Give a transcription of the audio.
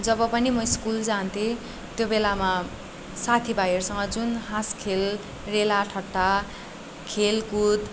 जब पनि म स्कुल जान्थेँ त्यो बेलामा साथी भाइहरूसँग जुन हाँसखेल रेला ठट्टा खेलकुद